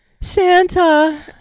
Santa